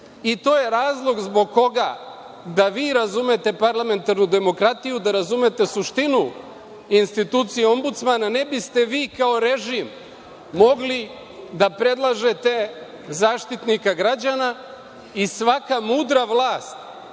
i to je razlog zbog koga, da vi razumete parlamentarnu demokratiju, da razumete suštinu institucije Ombudsmana ne bi ste vi kao režim mogli da predlažete Zaštitnika građana. Svaka mudra vlast